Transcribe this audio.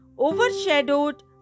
overshadowed